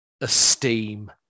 esteem